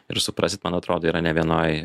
ir suprasit man atrodo yra ne vienoj